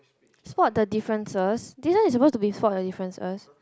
spot the differences this one is supposed to be spot the differences